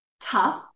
tough